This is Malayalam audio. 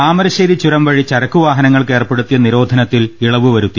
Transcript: താമരശ്ശേരി ചുരം വഴി ചരക്കുവാഹനങ്ങൾക്ക് ഏർപ്പെ ടുത്തിയ നിരോധനത്തിൽ ഇളവ് വരുത്തി